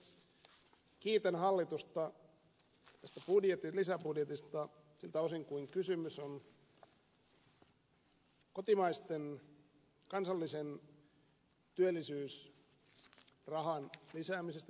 kiitän hallitusta tästä lisäbudjetista siltä osin kuin kysymys on kotimaisen kansallisen työllisyysrahan lisäämisestä tähän budjettiin